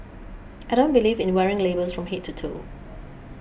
I don't believe in wearing labels from head to toe